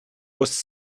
was